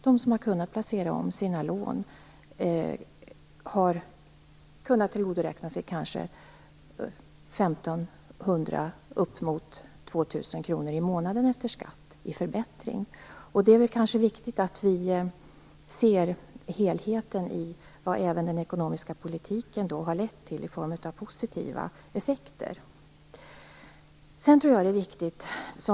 De som har kunnat placera om sina lån har kunnat tillgodoräkna sig kanske 1 500-2 000 kr i månaden efter skatt i förbättring. Det är viktigt att man ser helheten i vad den ekonomiska politiken även har lett till i form av positiva effekter.